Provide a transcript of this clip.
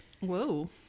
Whoa